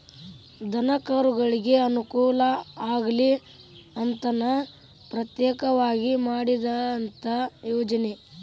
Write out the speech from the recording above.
ದನಕರುಗಳಿಗೆ ಅನುಕೂಲ ಆಗಲಿ ಅಂತನ ಪ್ರತ್ಯೇಕವಾಗಿ ಮಾಡಿದಂತ ಯೋಜನೆ